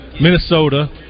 Minnesota